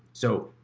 so,